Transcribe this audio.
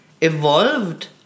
evolved